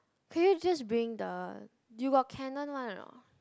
can you just bring the you got Canon one or not